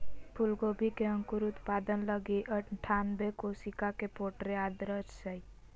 फूलगोभी के अंकुर उत्पादन लगी अनठानबे कोशिका के प्रोट्रे आदर्श हइ